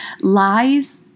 lies